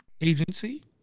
Agency